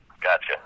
Gotcha